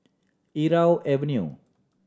Irau Avenue